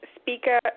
speaker